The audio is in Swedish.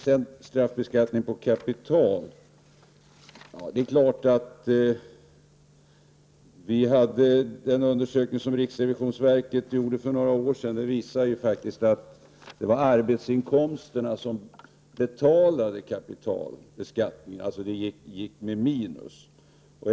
Så till frågan om straffbeskattningen på kapital. Den undersökning som riksrevisionsverket gjorde för några år sedan visade att det var skatten på arbetsinkomsterna som betalade kapitalbeskattningen. Den gick alltså med minus.